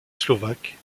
slovaque